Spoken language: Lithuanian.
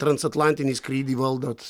transatlantinį skrydį valdot